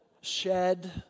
shed